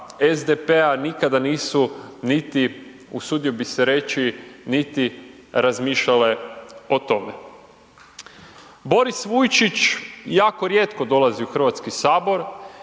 SDP-a nikada nisu niti, usudio bi se reći niti razmišljale o tome. Boris Vujčić jako rijetko dolazi u Hrvatski sabor.